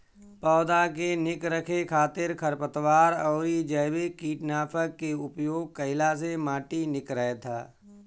पौधा के निक रखे खातिर खरपतवार अउरी जैविक कीटनाशक के उपयोग कईला से माटी निक रहत ह